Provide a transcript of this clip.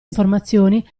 informazioni